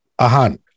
Ahan